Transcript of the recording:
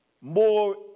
more